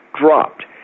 dropped